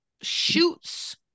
shoots